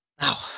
Now